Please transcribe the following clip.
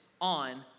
on